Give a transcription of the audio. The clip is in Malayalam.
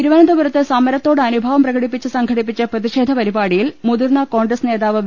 തിരുവനന്തപുരത്ത് സമ രത്തോട് അനുഭാവം പ്രകടിപ്പിച്ച് സംഘടിപ്പിച്ച പ്രതിഷേധ പരിപാടിയിൽ മുതിർന്ന കോൺഗ്രസ് നേതാവ് വി